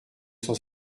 cent